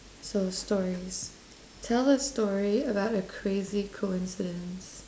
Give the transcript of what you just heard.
so stories tell a story about a crazy coincidence